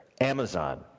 Amazon –